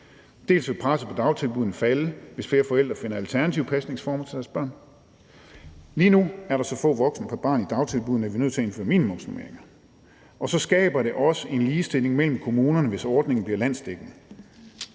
dels vil presset på dagtilbuddene falde, hvis flere forældre finder alternative pasningsformer til deres børn. Lige nu er der så få voksne pr. barn i dagtilbuddene, at vi er nødt til at indføre minimumsnormeringer. Og så skaber det også en ligestilling mellem kommunerne, hvis ordningen bliver landsdækkende.